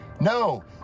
No